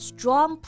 Strong